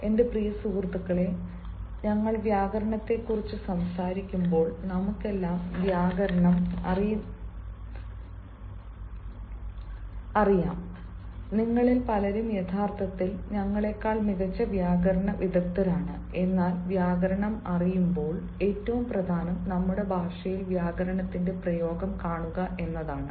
എന്റെ പ്രിയ സുഹൃത്തുക്കളേ ഞങ്ങൾ വ്യാകരണത്തെക്കുറിച്ച് സംസാരിക്കുമ്പോൾ നമുക്കെല്ലാവർക്കും വ്യാകരണം അറിയാം നിങ്ങളിൽ പലരും യഥാർത്ഥത്തിൽ ഞങ്ങളെക്കാൾ മികച്ച വ്യാകരണ വിദഗ്ധരാണ് എന്നാൽ വ്യാകരണം അറിയുമ്പോൾ ഏറ്റവും പ്രധാനം നമ്മുടെ ഭാഷയിൽ വ്യാകരണത്തിന്റെ പ്രയോഗം കാണുക എന്നതാണ്